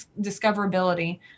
discoverability